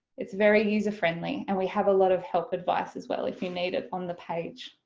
it's very user friendly and we have a lot of help advice as well if you need it on the page.